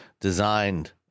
designed